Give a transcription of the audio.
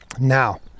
Now